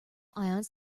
ions